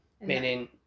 Meaning